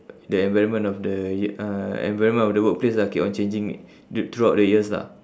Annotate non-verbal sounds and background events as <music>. the environment of the ye~ uh environment of the workplace lah keep on changing <noise> throughout the years lah